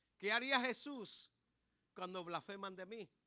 gary ah hustles come over from under me